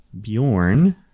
Bjorn